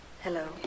Hello